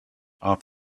off